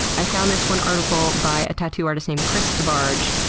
i found this one article by a tattoo artist named chris debarge.